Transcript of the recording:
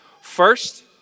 First